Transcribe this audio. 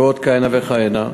ועוד כהנה וכהנה.